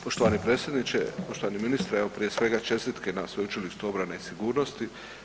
Poštovani predsjedniče, uvaženi ministre, evo prije svega čestitke na Sveučilištu obrane i sigurnosti.